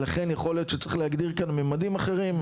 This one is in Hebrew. לכן יכול להיות שצריך להגדיר כאן ממדים אחרים,